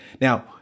Now